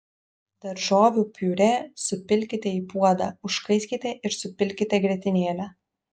daržovių piurė supilkite į puodą užkaiskite ir supilkite grietinėlę